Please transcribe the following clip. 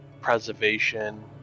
Preservation